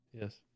Yes